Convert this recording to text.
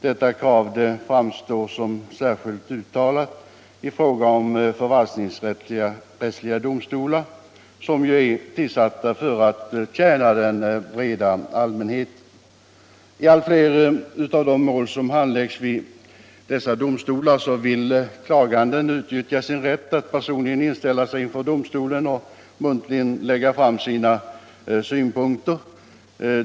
Detta krav framstår som särskilt uttalat i fråga om förvaltningsrättsliga domstolar, som ju är satta att tjäna den breda allmänheten. I allt fler av de mål som handläggs vid dessa domstolar vill klaganden utnyttja sin rätt att personligen inställa sig inför domstolen och muntligen lägga fram sina synpunkter.